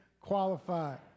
qualified